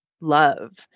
love